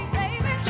baby